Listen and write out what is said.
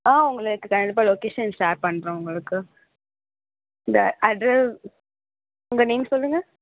ஆ உங்களுக்கு கண்டிப்பாக location share பண்ணுறேன் உங்களுக்கு இந்த அட்ரெஸ் உங்கள் நேம் சொல்லுங்க